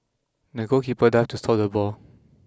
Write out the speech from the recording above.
the goalkeeper dived to stop the ball